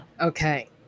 Okay